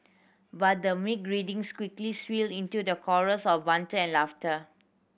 but the meek greetings quickly swelled into the chorus of banter and laughter